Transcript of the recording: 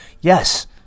Yes